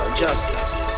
justice